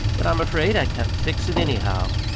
but i'm afraid i can't fix it, anyhow.